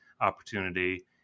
opportunity